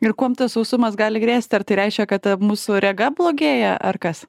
ir kuom tas sausumas gali grėsti ar tai reiškia kad mūsų rega blogėja ar kas